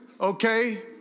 okay